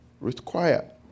required